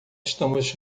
estamos